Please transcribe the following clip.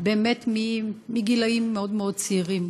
באמת מגילים מאוד מאוד צעירים?